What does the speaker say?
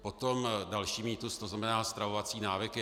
Potom další mýtus, to znamená stravovací návyky.